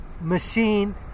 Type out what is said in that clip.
Machine